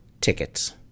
tickets